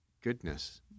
goodness